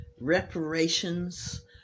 reparations